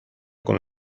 con